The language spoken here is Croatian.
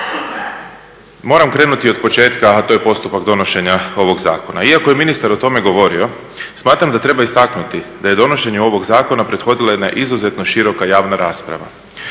Moram krenuti od početka, a to je postupak donošenja ovog zakona. iako je ministar o tome govorio smatram da treba istaknuti da je donošenju ovog zakona prethodila jedna izuzetno široka javna rasprava.